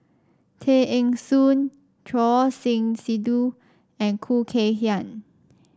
Tay Eng Soon Choor Singh Sidhu and Khoo Kay Hian